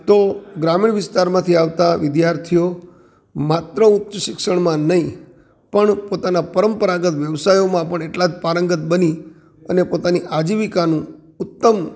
તો ગ્રામીણ વિસ્તારમાંથી આવતા વિદ્યાર્થીઓ માત્ર ઉચ્ચ શિક્ષણમાં નહીં પણ પોતાના પરંપરાગત વ્યવસાયોમાં પણ એટલા જ પારંગત બની અને પોતાની આજીવિકાનું ઉત્તમ